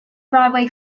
broadway